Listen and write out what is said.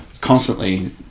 constantly